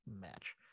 match